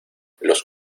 los